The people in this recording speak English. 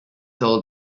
told